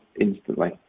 instantly